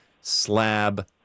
slab